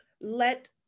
let